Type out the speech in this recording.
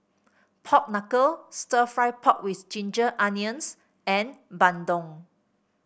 Pork Knuckle stir fry pork with Ginger Onions and bandung